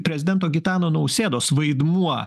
prezidento gitano nausėdos vaidmuo